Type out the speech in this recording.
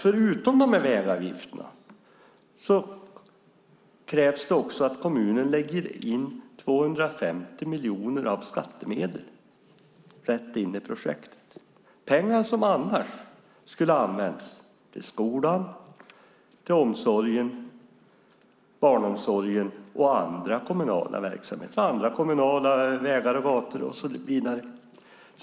Förutom vägavgifterna krävs det att kommunen lägger in 250 miljoner av skattemedel i projektet. Det är pengar som annars skulle ha använts till skola, omsorg, barnomsorg och annan kommunal verksamhet och andra kommunala gator och vägar.